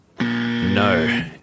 No